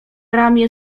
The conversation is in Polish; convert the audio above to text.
ramię